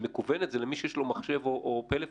מקוונת, זה למי שיש מחשב או פלאפון.